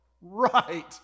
Right